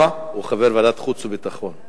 הוא חבר ועדת חוץ וביטחון.